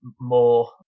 more